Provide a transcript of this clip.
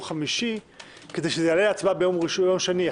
חמישי כדי שזה יעלה להצבעה ביום שני.